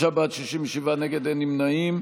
36 בעד, 67 נגד, אין נמנעים.